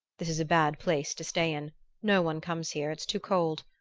this is a bad place to stay in no one comes here. it's too cold.